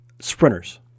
Sprinters